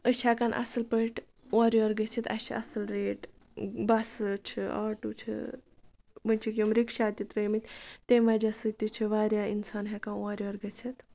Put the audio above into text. أسۍ چھِ ہٮ۪کان اَصٕل پٲٹھۍ اورٕ یور گٔژھِتھ اَسہِ چھِ اَصٕل ریٹ بَسہٕ چھِ آٹوٗ چھِ وۄنۍ چھِکھ یِم رِکشا تہِ ترٛٲیمٕتۍ تمہِ وجہ سۭتۍ تہِ چھِ واریاہ اِنسان ہٮ۪کان اورٕ یور گٔژھِتھ